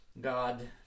God